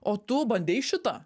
o tu bandei šitą